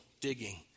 digging